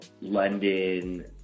London